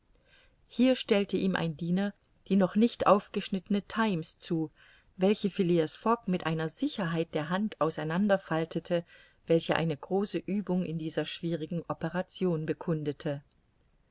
hier stellte ihm ein diener die noch nicht aufgeschnittene times zu welche phileas fogg mit einer sicherheit der hand auseinander faltete welche eine große uebung in dieser schwierigen operation bekundete